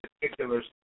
particulars